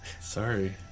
sorry